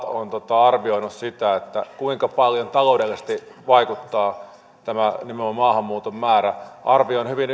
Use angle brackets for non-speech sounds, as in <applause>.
on arvioinut sitä kuinka paljon taloudellisesti vaikuttaa tämä maahanmuuton määrä niin arvio on hyvin <unintelligible>